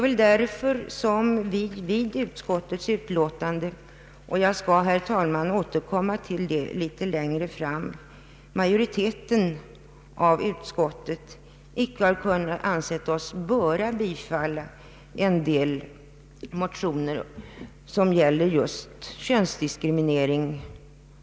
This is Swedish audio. Utskottets majoritet har därför inte — jag skall återkomma till den saken längre fram — ansett sig böra bifalla en del motioner som gäller könsoch arbetsmarknadsdiskriminering.